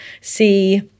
see